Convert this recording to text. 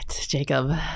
Jacob